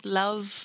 love